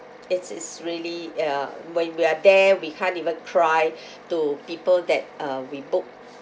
it's it's really uh when we are there we can't even cry to people that uh we booked